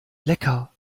lecker